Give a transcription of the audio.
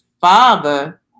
father